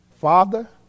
Father